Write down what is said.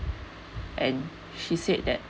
and she said that